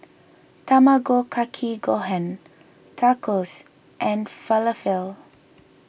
Tamago Kake Gohan Tacos and Falafel